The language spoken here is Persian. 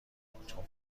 بود، چون